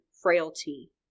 frailty